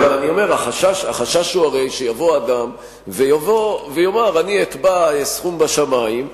הרי החשש הוא שיבוא אדם ויאמר: אני אתבע סכום בשמים,